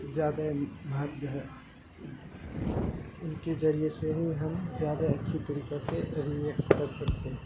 زیادہ مہتو ہے ان کے ذریعے سے ہی ہم زیادہ اچھی طریقے سے ری ایکٹ کر سکتے ہیں